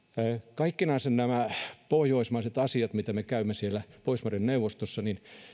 kaikkinensa nämä pohjoismaiset asiat mitä me käymme siellä pohjoismaiden neuvostossa